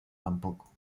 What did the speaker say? tampoco